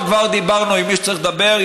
כבר דיברנו עם מי שצריך לדבר.